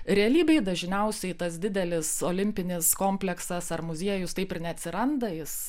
realybėj dažniausiai tas didelis olimpinis kompleksas ar muziejus taip ir neatsiranda jis